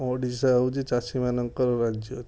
ଓଡ଼ିଶା ହୋଉଛି ଚାଷୀ ମାନଙ୍କର ରାଜ୍ୟ